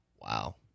Wow